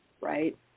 right